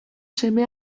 seme